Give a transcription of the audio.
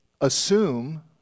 assume